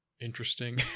interesting